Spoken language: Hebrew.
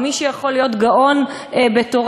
או מי שיכול להיות גאון בתורה,